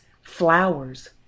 flowers